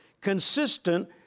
consistent